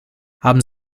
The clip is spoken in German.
haben